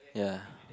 ya